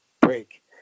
break